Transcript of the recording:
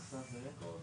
זה אותו דבר.